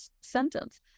sentence